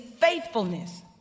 faithfulness